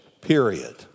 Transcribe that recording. period